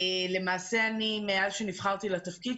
למעשה מאז נבחרתי לתפקיד,